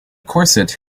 corset